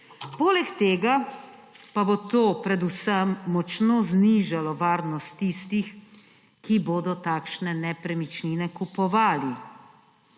Poleg tega pa bo to predvsem močno znižalo varnost tistih, ki bodo takšne nepremičnine kupovali,